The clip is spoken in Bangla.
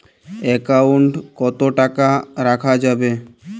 একাউন্ট কত টাকা রাখা যাবে?